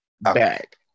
Back